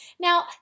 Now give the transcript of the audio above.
Now